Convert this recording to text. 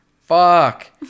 Fuck